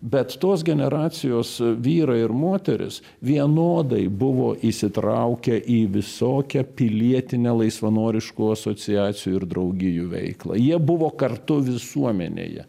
bet tos generacijos vyrai ir moterys vienodai buvo įsitraukę į visokią pilietinę laisvanoriškų asociacijų ir draugijų veiklą jie buvo kartu visuomenėje